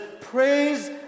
praise